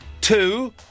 two